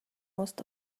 most